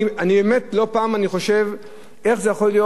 באמת לא פעם אני חושב איך יכול להיות,